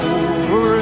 over